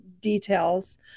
details